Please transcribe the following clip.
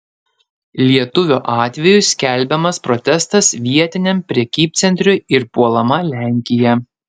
lietuvio atveju skelbiamas protestas vietiniam prekybcentriui ir puolama lenkija